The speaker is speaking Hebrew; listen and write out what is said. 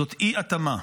זאת אי-התאמה.